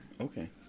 okay